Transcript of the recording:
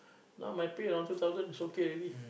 now my pay around two thousand is okay already